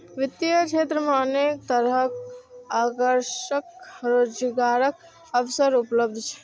वित्तीय क्षेत्र मे अनेक तरहक आकर्षक रोजगारक अवसर उपलब्ध छै